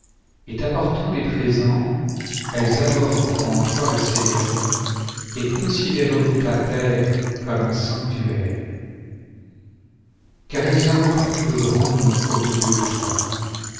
et t'apportant des présents elles adoreront en toi le seigneur et considéreront ta terre comme un sanctuaire car elles invoqueront le grand nom au milieu de toi